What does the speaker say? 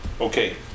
Okay